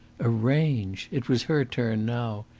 arrange! it was her turn now.